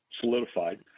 solidified